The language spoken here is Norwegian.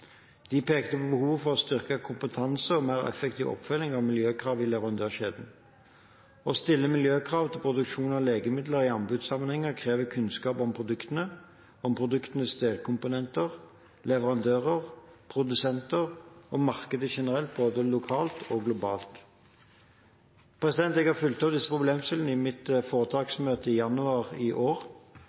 De pekte på behovet for styrket kompetanse og mer effektiv oppfølging av miljøkrav i leverandørkjeden. Å stille miljøkrav til produksjon av legemidler i anbudssammenheng krever kunnskap om produktene, om produktenes delkomponenter, leverandører, produsenter og markedet generelt – både lokalt og globalt. Jeg fulgte opp disse problemstillingene i mitt foretaksmøte i januar i år.